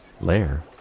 Lair